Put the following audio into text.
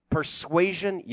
Persuasion